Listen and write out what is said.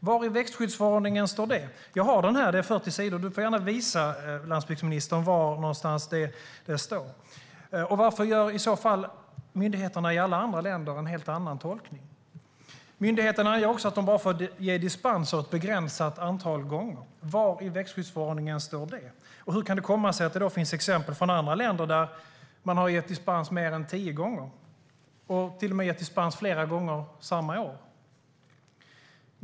Var i växtskyddsförordningen står det som Kemikalieinspektionen hävdar? Jag har den här. Det är 40 sidor. Landsbygdsministern får gärna visa var någonstans det står. Varför gör i så fall myndigheterna i alla andra länder en helt annan tolkning? Myndigheten anger också att de bara får ge dispens ett begränsat antal gånger. Var i växtskyddsförordningen står det? Hur kan det komma sig att det finns exempel från andra länder där man har gett dispens mer än tio gånger och till och med gett dispens flera gånger samma år?